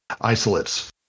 isolates